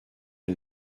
est